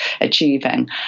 achieving